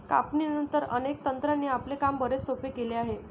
कापणीनंतर, अनेक तंत्रांनी आपले काम बरेच सोपे केले आहे